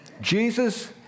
Jesus